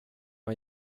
han